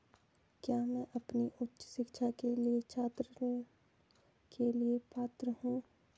क्या मैं अपनी उच्च शिक्षा के लिए छात्र ऋण के लिए पात्र हूँ?